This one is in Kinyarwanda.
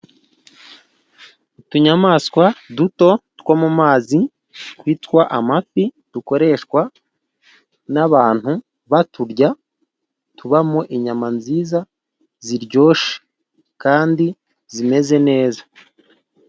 Utunyamaswa duto two mu mazi twitwa amafi, dukoreshwa n'abantu baturya ,tubamo inyama nziza ziryoshye kandi zimeze neza.